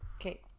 Okay